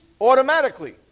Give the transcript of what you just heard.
automatically